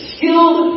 Skilled